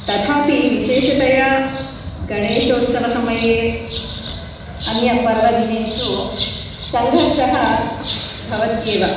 तथापि विशेषतया गणेशोत्सवसमये अन्यपर्वदिनेषु सङ्घर्षः भवत्येव